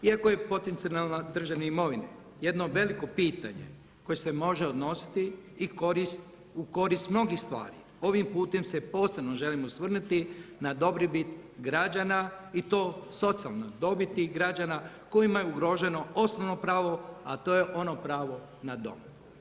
Iako je potencijal državne imovine jedno veliko pitanje koje se može odnositi i u korist mnogih stvari, ovim putem se posebno želim osvrnuti na dobrobit građana i to socijalnoj dobiti građana kojima je ugroženo osnovno pravo a to je ono pravo na dom.